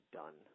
done